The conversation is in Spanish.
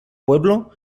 pueblo